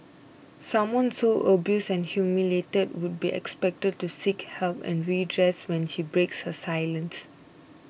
someone so abused and humiliated would be expected to seek help and redress when she breaks her silence